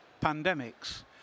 pandemics